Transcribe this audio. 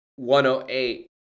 108